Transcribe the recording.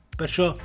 perciò